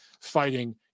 fighting